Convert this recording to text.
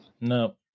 No